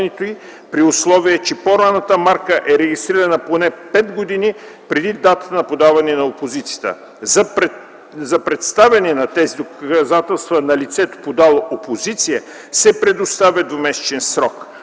при условие че по-ранната марка е регистрирана поне 5 години преди датата на подаване на опозицията. За представяне на тези доказателства на лицето, подало опозиция, се предоставя двумесечен срок.